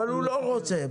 אבל הוא לא רוצה.